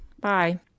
Bye